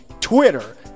Twitter